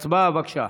הצבעה, בבקשה.